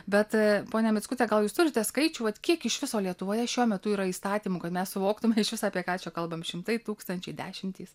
bet ponia mickute gal jūs turite skaičių vat kiek iš viso lietuvoje šiuo metu yra įstatymų kad mes suvoktume išvis apie ką čia kalbam šimtai tūkstančiai dešimtys